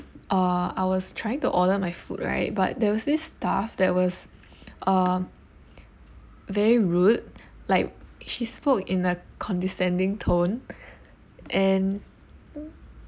uh I was trying to order my food right but there was this staff that was uh very rude like she spoke in a condescending tone and